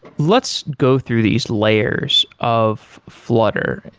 let's go through these layers of flutter,